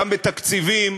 גם בתקציבים,